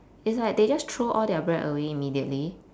is like they just throw all their bread away immediately